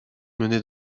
menée